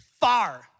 far